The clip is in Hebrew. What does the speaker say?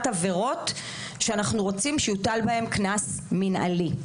עבירות שאנחנו רוצים שיוטל בהן קנס מנהלי.